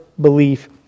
belief